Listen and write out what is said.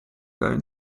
going